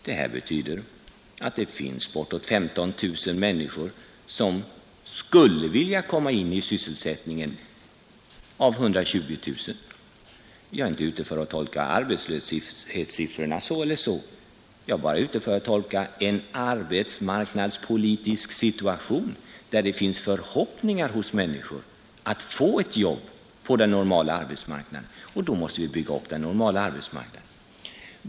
Det här betyder att det av 120 000 människor finns bortåt 15 000 som skulle vilja komma in i sysselsättningen. Jag är inte ute för att tolka arbetslöshetssiffrorna si eller så; jag är bara ute för att tolka en arbetsmarknadspolitisk situation, där det finns förhoppningar hos människor att få ett jobb på den normala arbetsmarknaden. Då måste vi bygga upp den normala arbetsmarknaden.